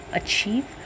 achieve